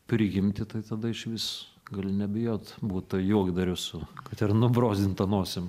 prigimtį tai tada išvis gali nebijot būt tuo juokdariu su kad ir nubrozdinta nosim